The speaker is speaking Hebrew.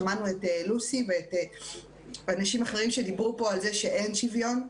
שמענו את לוסי ואנשים אחרים שדיברו פה על זה שאין שוויון,